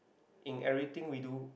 in everything we do